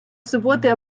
суботи